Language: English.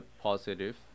positive